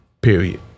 period